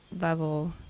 level